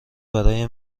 برای